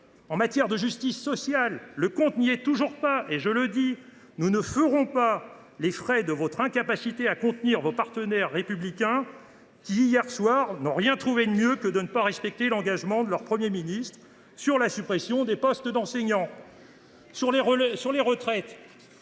En matière de justice sociale, le compte n’y est toujours pas non plus. Nous ne ferons pas les frais de votre incapacité à contenir vos partenaires Les Républicains, qui, hier soir, n’ont rien trouvé de mieux que de ne pas respecter l’engagement de leur Premier ministre sur la suppression de postes d’enseignants. Sur les retraites,